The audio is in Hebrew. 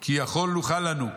כי יכול יוכל לנו.